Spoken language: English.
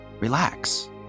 relax